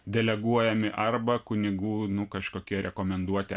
deleguojami arba kunigų nu kažkokie rekomenduoti